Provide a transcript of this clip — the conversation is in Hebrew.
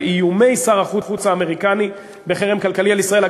לאיומי שר החוץ האמריקני בחרם כלכלי על ישראל.